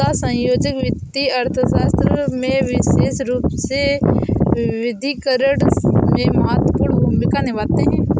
सहसंयोजक वित्तीय अर्थशास्त्र में विशेष रूप से विविधीकरण में महत्वपूर्ण भूमिका निभाते हैं